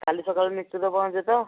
କାଲି ସକାଳେ ନିଶ୍ଚିତ ପହଞ୍ଚିବେ ତ